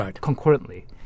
concurrently